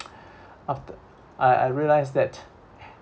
after I I realised that